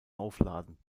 aufladen